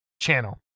channel